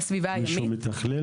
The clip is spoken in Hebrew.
בסביבה הימית.